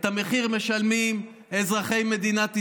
את המחיר משלמים אזרחי מדינת ישראל,